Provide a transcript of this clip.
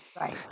Right